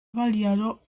variado